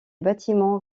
bâtiments